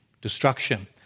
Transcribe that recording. destruction